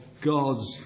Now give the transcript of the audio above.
God's